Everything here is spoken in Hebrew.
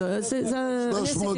עשיתי את החישוב.